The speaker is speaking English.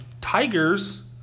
Tigers